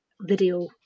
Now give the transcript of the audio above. video